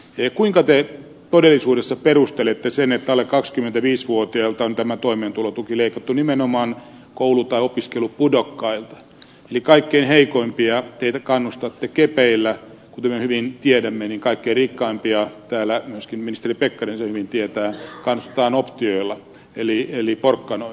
ja kuinka ne todellisuudessa perustelette sen että alle kakskymmentäviisvuoteeltaan tämän toimeentulotuki leikattu nimenomaan koulutaopiskelupudokkailta eli kaikkein heikoimpia te kannustatte kepeillä yhä hyvin tiedämme niin kaikkein rikkaimpia täällä myöskin ministeri pekkarisenkin tietää kannustetaan optioilla eli neljä porkkanaa